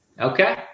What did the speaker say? Okay